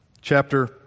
Chapter